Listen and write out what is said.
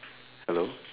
hello